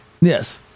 Yes